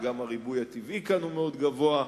וגם הריבוי הטבעי כאן הוא מאוד גבוה,